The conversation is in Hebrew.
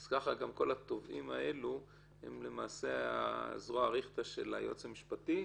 ככה כל התובעים האלה הם למעשה הזרוע הארוכה של היועץ המשפטי.